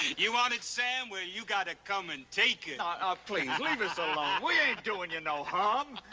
you want it, sam? well, you got to come and take ah leave us alone. we ain't doing you no harm.